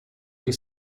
lily